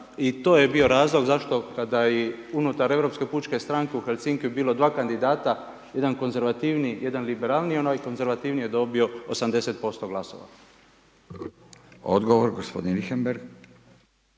i to je bio razlog zašto kada i unutar Europske pučke stranke u Helsinkiju bilo 2 kandidata, jedan konzervativniji, jedan liberalniji. Onaj konzervativniji je dobio 80% glasova. **Radin, Furio